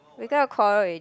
because of quarrel already